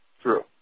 True